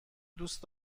دوست